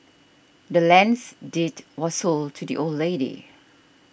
the land's deed was sold to the old lady